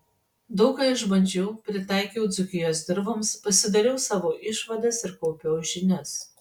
daug ką išbandžiau pritaikiau dzūkijos dirvoms pasidariau savo išvadas ir kaupiau žinias